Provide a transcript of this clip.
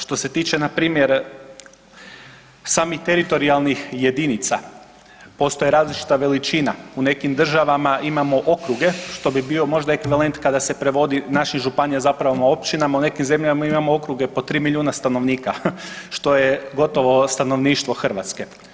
Što se tiče npr. samih teritorijalnih jedinica, postoji različita veličina, u nekim državama imamo okruge, što bi bio možda ekvivalent kada se prevodi naših županija zapravo općinama u nekim zemljama imamo okruge po tri milijuna stanovnika, što je gotovo stanovništvo Hrvatske.